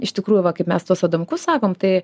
iš tikrųjų va kaip mes tuos adamkus sakom tai